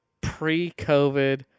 pre-COVID